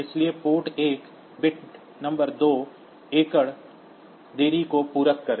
इसलिए पोर्ट एक bit number 2 एकड़ देरी को पूरक करें